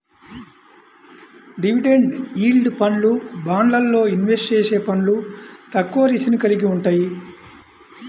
dividend yield ఫండ్లు, బాండ్లల్లో invest చేసే ఫండ్లు తక్కువ రిస్క్ ని కలిగి వుంటయ్యి